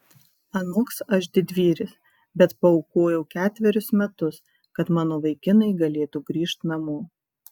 anoks aš didvyris bet paaukojau ketverius metus kad mano vaikinai galėtų grįžt namo